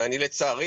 אני לצערי